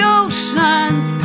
oceans